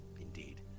indeed